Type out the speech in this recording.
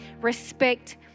respect